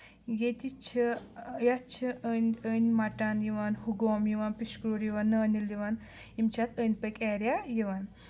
ییٚتہِ چھِ یَتھ چھِ أنٛدۍ أنٛدۍ مَٹن یِوان ہُگوم یِوان پِشکروٗر یِوان نٲنۍ یِوان یِم چھِ اَتھ أنٛدۍ پٔکۍ ایریا یِوان